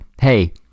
Hey